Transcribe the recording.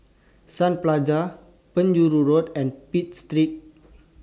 Sun Plaza Penjuru Road and Pitt Street